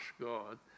God